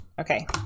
Okay